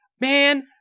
Man